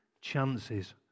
chances